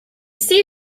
see